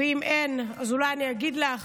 אם אין, אז אולי אני אגיד לך.